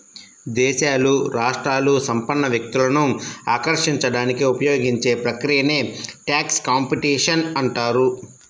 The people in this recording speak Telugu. దేశాలు, రాష్ట్రాలు సంపన్న వ్యక్తులను ఆకర్షించడానికి ఉపయోగించే ప్రక్రియనే ట్యాక్స్ కాంపిటీషన్ అంటారు